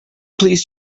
please